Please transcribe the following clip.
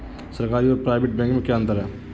सरकारी और private bank में क्या अंतर है?